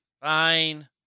fine